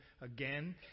again